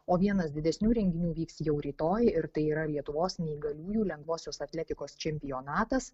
o vienas didesnių renginių vyks jau rytoj ir tai yra lietuvos neįgaliųjų lengvosios atletikos čempionatas